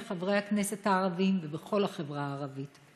בחברי הכנסת הערבים ובכל החברה הערבית.